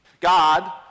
God